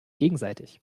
gegenseitig